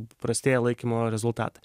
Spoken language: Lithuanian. prastėja laikymo rezultatai